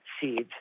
seeds